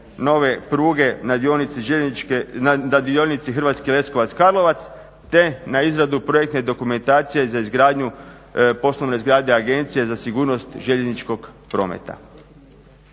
nove pruge na dionici Hrvatski Leskovac-Karlovac te na izradu projektne dokumentacije za izgradnju poslovne zgrade Agencije za sigurnost željezničkog prometa.